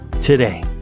today